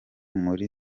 muri